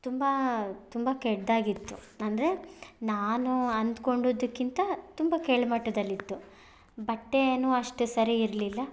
ತುಂಬ ತುಂಬ ಕೆಟ್ಟದಾಗಿತ್ತು ಅಂದರೆ ನಾನು ಅಂದ್ಕೊಂಡಿದ್ದಕ್ಕಿಂತ ತುಂಬ ಕೆಳಮಟ್ಟದಲ್ಲಿತ್ತು ಬಟ್ಟೇನು ಅಷ್ಟು ಸರಿ ಇರಲಿಲ್ಲ